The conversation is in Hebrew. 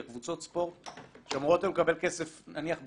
כי קבוצות הספורט שאמורות לקבל כסף נניח בינואר,